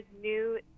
new